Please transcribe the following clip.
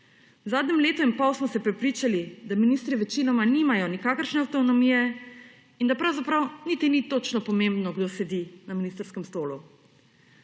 V zadnjem letu in pol smo se prepričali, da ministri večinoma nimajo nikakršne avtonomije in da pravzaprav niti ni točno pomembno, kdo sedi na ministrskem stolu.